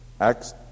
Acts